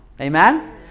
Amen